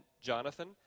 Jonathan